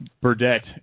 Burdette